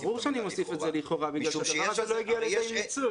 ברור שאני מוסיף את המילה "לכאורה" משום שהדבר הזה לא הגיע לכדי מיצוי.